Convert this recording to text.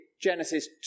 Genesis